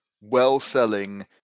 well-selling